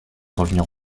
revenir